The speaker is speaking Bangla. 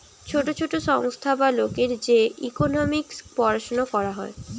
ছোট ছোট সংস্থা বা লোকের যে ইকোনোমিক্স পড়াশুনা করা হয়